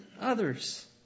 others